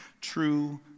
True